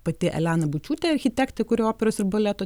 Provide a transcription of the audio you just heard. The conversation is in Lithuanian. pati elena bučiūtė architektė kuri operos ir baleto